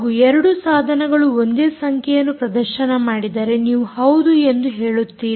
ಹಾಗೂ ಎರಡು ಸಾಧನಗಳು ಒಂದೇ ಸಂಖ್ಯೆಯನ್ನು ಪ್ರದರ್ಶನ ಮಾಡಿದರೆ ನೀವು ಹೌದು ಎಂದು ಹೇಳುತ್ತೀರಿ